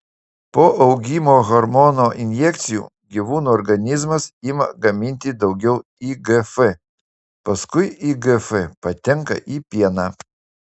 po augimo hormono injekcijų gyvūnų organizmas ima gaminti daugiau igf paskui igf patenka į pieną